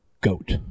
goat